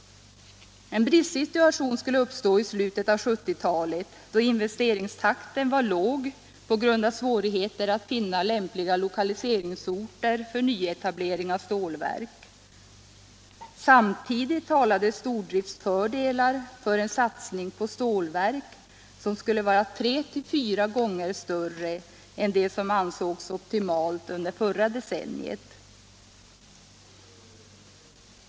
En bristsituation skulle uppstå i slutet av 1970-talet, då investeringstakten varit låg på grund av svårigheter att finna lämpliga lokaliseringsorter för nyetablering av stålverk. Samtidigt talade stordriftsfördelar för en satsning på stålverk, tre fyra gånger större än vad som ansågs optimalt under förra decenniet.